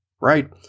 right